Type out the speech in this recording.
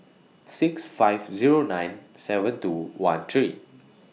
six five Zero nine seven two one three